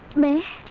me?